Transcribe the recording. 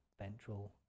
ventral